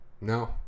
no